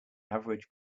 average